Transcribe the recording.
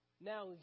now